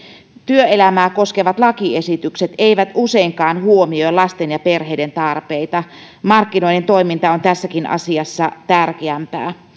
työelämää koskevat lakiesitykset eivät useinkaan huomioi lasten ja perheiden tarpeita markkinoiden toiminta on tässäkin asiassa tärkeämpää